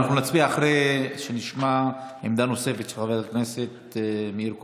אנחנו נצביע אחרי שנשמע עמדה נוספת של חבר הכנסת מאיר כהן.